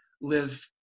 live